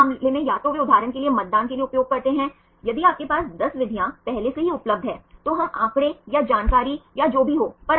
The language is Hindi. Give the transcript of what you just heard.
तब NH CO यह मुख्य श्रृंखला है सही आप कह सकते हैं कि यह श्रृंखला है यह इस तरह दिखता है